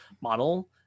model